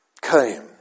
came